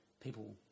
people